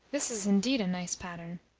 this is indeed a nice pattern!